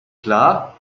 klar